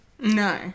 No